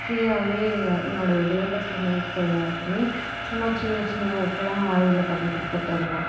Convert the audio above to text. ஃப்ரீயாகவே என்னோட ரெகுலர் கஸ்டமர்ஸ்க்கு எல்லாருக்குமே சும்மா சின்ன சின்ன ஒர்க்லாம் ஆரியில பண்ணி கொடுத்துட்டு இருந்தேன்